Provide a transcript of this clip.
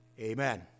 Amen